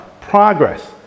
progress